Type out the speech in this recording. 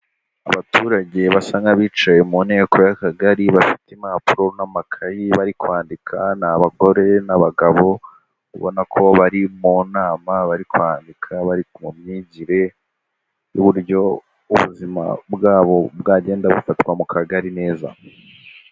Abaturage basa nk'abicaye mu nteko y'akagari, bafite impapuro n'amakayi bari kwandika, ni abagore n'abagabo ubona ko bari mu nama bari kwandika, bari mu myigire y'uburyo ubuzima bwabo bwagenda bufatwa mu kagari neza.